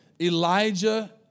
Elijah